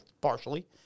partially